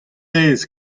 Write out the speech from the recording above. aes